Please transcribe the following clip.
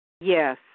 Yes